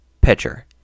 pitcher